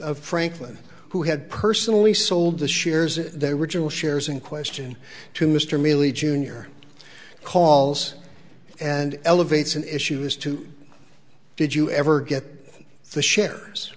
of franklin who had personally sold the shares in their original shares in question to mr mealy jr calls and elevates an issue is to did you ever get the shares